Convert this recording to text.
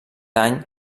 any